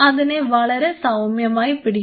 അതിനെ വളരെ സൌമ്യമായി പിടിക്കുക